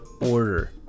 order